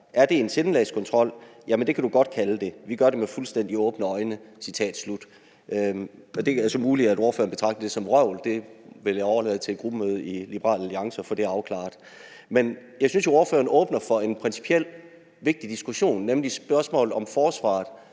»Er det en sindelagskontrol? Jamen det kan du godt kalde det. Vi gør det med fuldstændigt åbne øjne.« Citat slut. Det er så muligt, at ordføreren betragter det som vrøvl, det vil jeg overlade til et gruppemøde i Liberal Alliance at få afklaret. Jeg synes, ordføreren åbner for en principiel, vigtig diskussion, nemlig spørgsmålet om forsvaret